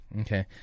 Okay